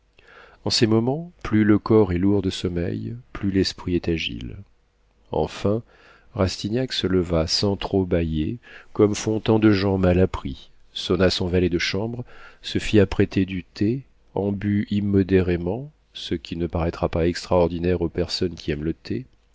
en ces moments plus le corps est lourd de sommeil plus l'esprit est agile enfin rastignac se leva sans trop bâiller comme font tant de gens mal appris sonna son valet de chambre se fit apprêter du thé en but immodérément ce qui ne paraîtra pas extraordinaire aux personnes qui aiment le thé